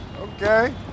okay